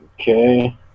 Okay